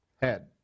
head